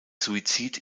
suizid